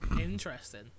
Interesting